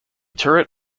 turret